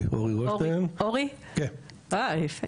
(הצגת מצגת)